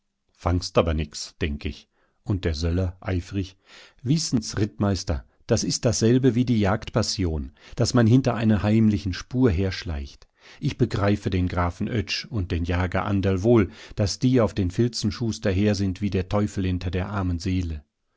fangst aber nix denk ich und der söller eifrig wissen's rittmeister das ist dasselbe wie die jagdpassion daß man hinter einer heimlichen spur herschleicht ich begreife den grafen oetsch und den jager anderl wohl daß die auf den filzenschuster her sind wie der teufel hinter der armen seele